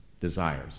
desires